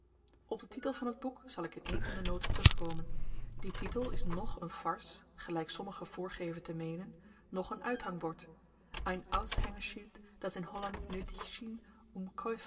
op den titel van t boek zal ik in een later aanteekening terugkomen die titel is noch n farce gelyk sommigen voorgeven te meenen noch n uithangbord ein aushängeschild das in